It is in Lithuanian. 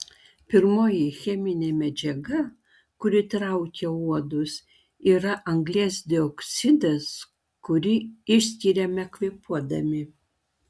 pirmoji cheminė medžiaga kuri traukia uodus yra anglies dioksidas kurį išskiriame kvėpuodami